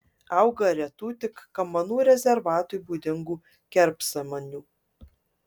auga retų tik kamanų rezervatui būdingų kerpsamanių